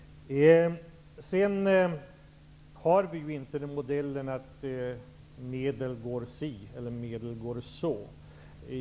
Vi har ju inte den modellen att medel är öronmärkta att gå hit eller dit.